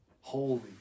Holy